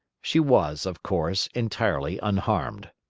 she was, of course, entirely unharmed.